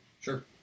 Sure